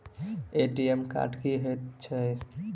ATM card की हएत छै?